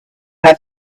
had